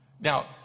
Now